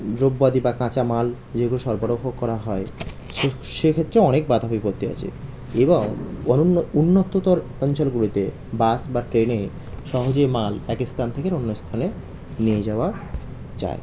দ্রব্যাদি বা কাঁচামাল যেগুলো সরবরাহ করা হয় সে সেক্ষেত্রে অনেক বাঁধা বিপত্তি আছে এবং অনন্য উন্নততর অঞ্চলগুলোতে বাস বা ট্রেনে সহজে মাল একই স্থান থেকে অন্য স্থানে নিয়ে যাওয়া যায়